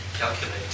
calculate